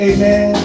Amen